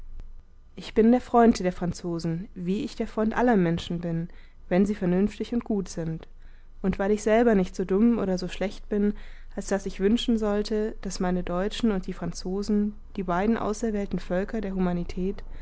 ich bin der freund der franzosen wie ich der freund aller menschen bin wenn sie vernünftig und gut sind und weil ich selber nicht so dumm oder so schlecht bin als daß ich wünschen sollte daß meine deutschen und die franzosen die beiden auserwählten völker der humanität